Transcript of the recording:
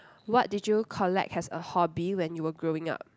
what did you collect as a hobby when you were growing up